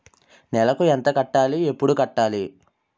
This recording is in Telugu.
నెలకు ఎంత కట్టాలి? ఎప్పుడు కట్టాలి?